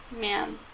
Man